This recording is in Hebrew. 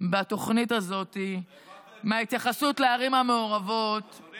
בתוכנית הזאת מההתייחסות לערים המעורבות היא